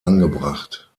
angebracht